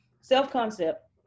Self-concept